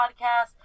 podcast